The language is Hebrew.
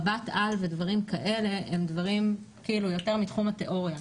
מבט על ודברים כאלה הם דברים יותר מתחום התאוריה.